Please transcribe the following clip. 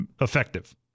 effective